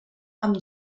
amb